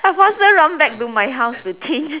I faster run back to my house to change